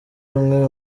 ubumwe